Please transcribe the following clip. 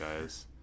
guys